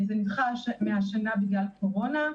זה נדחה מהשנה בגלל הקורונה.